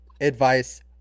Advice